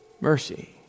mercy